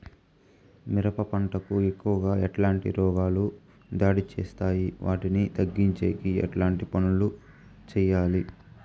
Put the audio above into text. మిరప పంట కు ఎక్కువగా ఎట్లాంటి రోగాలు దాడి చేస్తాయి వాటిని తగ్గించేకి ఎట్లాంటి పనులు చెయ్యాలి?